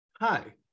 hi